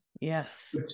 Yes